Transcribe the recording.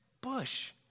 bush